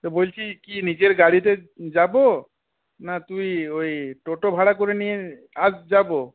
তো বলছি কি নিজের গাড়িতে যাব না তুই ওই টোটো ভাড়া করে নিয়ে আজ যাব